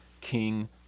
King